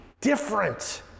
different